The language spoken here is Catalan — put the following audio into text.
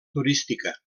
turística